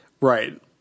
Right